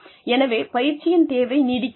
எனவே பயிற்சியின் தேவை நீடிக்கிறது